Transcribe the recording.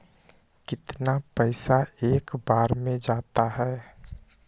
कितना पैसा एक बार में जाता है?